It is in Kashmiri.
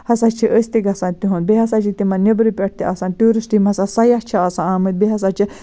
ہسا چھِ أسۍ تہِ گژھان تِہُنٛد بیٚیہِ ہسا چھِ تِمَن نٮ۪برٕ پٮ۪ٹھ تہِ آسان ٹیوٗرِسٹ یِم ہسا سیاح چھِ آسان آمٕتۍ بیٚیہِ ہسا چھِ